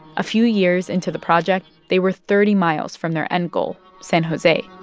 a few years into the project, they were thirty miles from their end goal san jose.